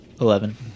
Eleven